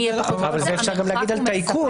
למי יהיה פחות --- אבל את זה אפשר להגיד גם על טייקון.